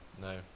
No